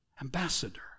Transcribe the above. ambassador